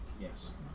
yes